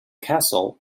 castle